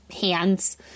hands